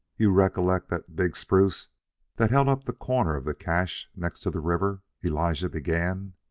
you recollect that big spruce that held up the corner of the cache next to the river? elijah began.